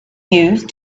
used